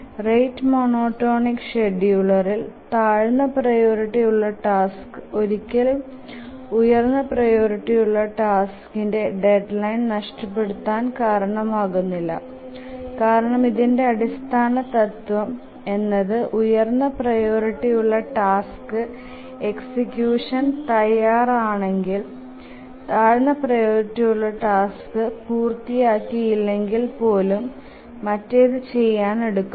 rate monotonic ഷ്ഡ്യൂളറിൽ താഴ്ന്ന priority ഉള്ള ടാസ്ക് ഒരിക്കലും ഉയർന്ന പ്രിയോറിറ്റി ഉള്ള ടാസ്കിന്റെ ഡെഡ്ലൈൻ നഷ്ടപെടുതാൻ കാരണമാകുന്നില്ല കാരണം ഇതിന്റെ അടിസ്ഥാന തത്വമ് എന്നത് ഉയർന്ന പ്രിയോറിറ്റി ഉള്ള ടാസ്ക് എക്സിക്യൂഷന് തയാർ ആണെകിൽ താഴ്ന്ന പ്രിയോറിറ്റി ഉള്ള ടാസ്ക് പൂർത്തിയാക്കിയില്ലെകിൽ പോലും മത്തേതു ചെയാൻ എടുക്കുന്നു